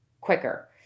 quicker